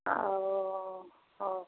ଆଉ ହଉ